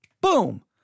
Boom